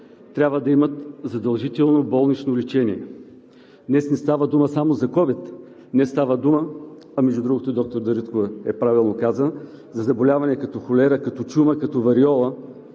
трябва да имат задължително болнично лечение. Днес не става дума само за ковид, днес става дума, а между другото и доктор Дариткова правилно каза, за заболявания като холера, като чума, като вариола,